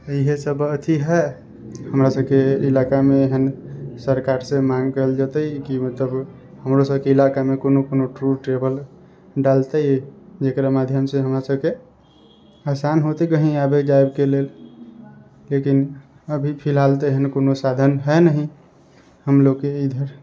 इहे सब अथी है हमरा सबके इलाका मे एहन सरकार से मांग कएल जेतै कि मतलब हमरो सबके इलाका मे कोनो कोनो टूर ट्रेवल डालतै जेकरा माध्यम से हमरा सबके आसान होतै कहीं आबय जाय के लेल लेकिन अभी फिलहाल तऽ एहन कोनो साधन हय नहीं हमलोग के इधर